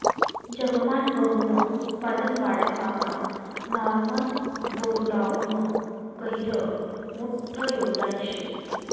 जगमान गहूनं उत्पादन वाढावामा नॉर्मन बोरलॉगनं गहिरं मोठं योगदान शे